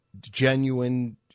Genuine